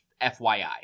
FYI